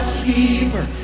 keeper